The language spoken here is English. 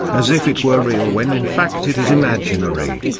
as if it were real when in fact it is imaginary.